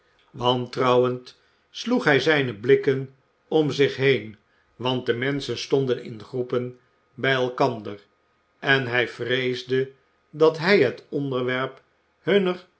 wantrouwend sloeg hij zijne blikken om zich heen want de menschen stonden in groepen bij elkander en hij vreesde dat hij het onderwerp hunner